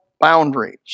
boundaries